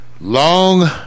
long